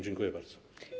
Dziękuję bardzo.